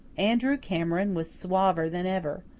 andrew cameron was suaver than ever.